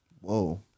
Whoa